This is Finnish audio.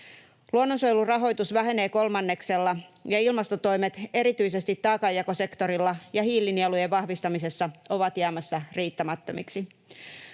Luonnonsuojelun rahoitus vähenee kolmanneksella, ja ilmastotoimet erityisesti taakanjakosektorilla ja hiilinielujen vahvistamisessa ovat jäämässä riittämättömiksi.